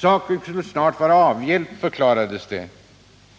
Saken skall snart vara avhjälpt, förklarades det.